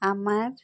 ಅಮರ